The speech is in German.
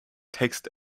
text